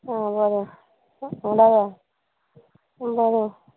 आ बरें आ बरें बरें